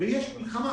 יש מלחמה,